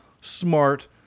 smart